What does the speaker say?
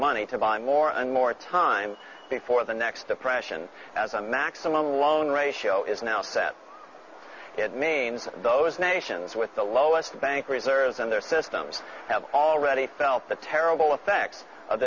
money to buy more and more time before the next depression as a maximum loan ratio is now set it means those nations with the lowest bank reserves and their systems have already felt the terrible effects of